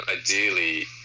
ideally